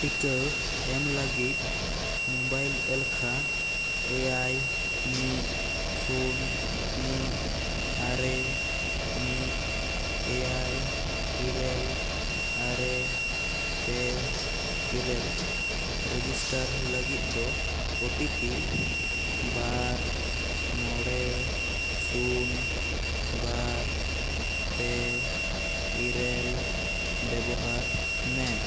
ᱴᱤᱠᱟᱹ ᱮᱢ ᱞᱟᱹᱜᱤᱫ ᱢᱳᱵᱟᱭᱤᱞ ᱮᱞᱠᱷᱟ ᱮᱭᱟᱭ ᱢᱤᱫ ᱥᱩᱱ ᱢᱤᱫ ᱟᱨᱮ ᱢᱤᱫ ᱮᱭᱟᱭ ᱤᱨᱮᱞ ᱟᱨᱮ ᱯᱮ ᱤᱨᱮᱞ ᱨᱮᱡᱤᱥᱴᱟᱨ ᱞᱟᱹᱜᱤᱫ ᱫᱚ ᱳ ᱴᱤ ᱯᱤ ᱵᱟᱨ ᱢᱚᱬᱮ ᱥᱩᱱ ᱵᱟᱨ ᱯᱮ ᱤᱨᱟᱹᱞ ᱵᱮᱵᱚᱦᱟᱨ ᱢᱮ